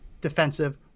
defensive